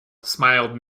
smiled